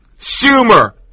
Schumer